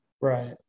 Right